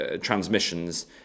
transmissions